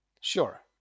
Sure